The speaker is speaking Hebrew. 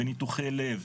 בניתוחי לב,